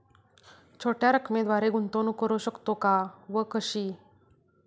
छोट्या रकमेद्वारे गुंतवणूक करू शकतो का व कशी?